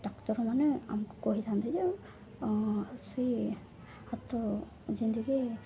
ଡାକ୍ତରମାନେ ଆମକୁ କହିଥାନ୍ତି ଯେ ସେଇ ହାତ ଯେମିତିକି